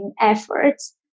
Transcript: efforts